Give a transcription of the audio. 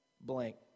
blank